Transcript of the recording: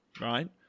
Right